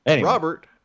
Robert